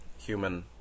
human